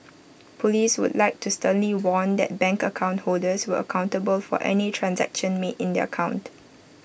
Police would like to sternly warn that bank account holders will accountable for any transaction made in their account